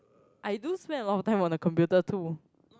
I do spend a lot of time on the computer too